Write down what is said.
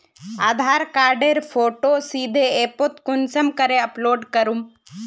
आधार कार्डेर फोटो सीधे ऐपोत कुंसम करे अपलोड करूम?